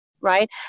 right